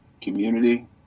community